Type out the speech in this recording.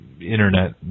Internet